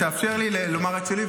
תאפשר לי לומר את שלי,